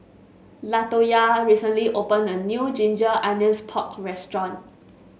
Latoyia recently opened a new Ginger Onions Pork restaurant